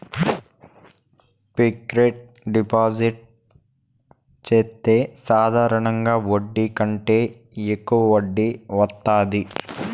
fixed deposit చెత్తే సాధారణ వడ్డీ కంటే యెక్కువ వడ్డీ వత్తాది